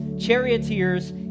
charioteers